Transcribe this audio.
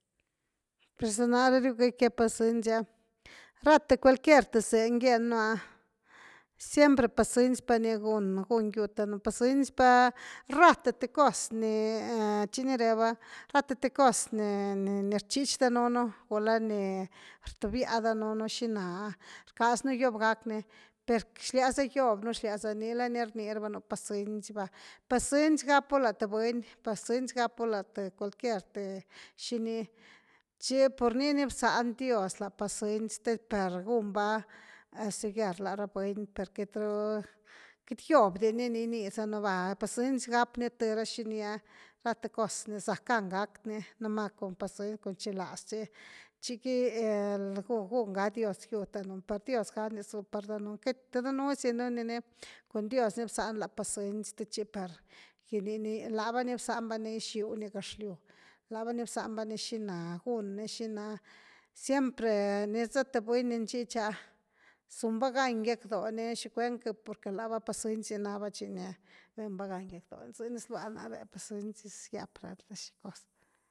Pues za nare riugëckia pacënci’a rathe cualquier th señ gieñnu ah, siempre pacëncipa ni gunyud danunu, pacënci pa rathe th cos ni chi ni reva rathe th cos ni-ni rchich danunu gula nirtubia danunu rcasnu giob gackni per xliaza giobnu xliaza, ni ni rnirava nú pacënciva, pacënci gapu la th buny, pacënci gapu la th cualquier th xini, chi pur ini bsian dios la pacëncite per gunva sellar lara buni per queity ru, queity giub dini ginizanu va, pacënci gap ni th raxini ah, cos ni sackan gani numa pacëncicun chilaz ni, chi’qui gun gun ga dios yud danun va, dios ga ni su par danun, queity danusidinuni com dios ni bzan la pacëncipar, ginini, lava ni bzan va gixiu ni gëxlyw, la va ni bzan va ni xina gun ni xina, siempre niza th buny ny nxich ah sunva gan giackdoh ni ¿chicuen? Porque lava pacënci ni nava chi ni ven va gan giiackdoni, ze ni slua nare, pacënci dis yáp lara ni xi cos.